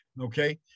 okay